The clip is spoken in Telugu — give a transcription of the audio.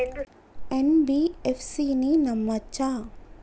ఎన్.బి.ఎఫ్.సి ని నమ్మచ్చా?